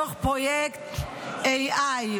תוך פרויקט AI,